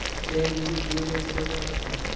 cheque যদি দিঁয়ে দেই সেটকে আবার থামাল যায়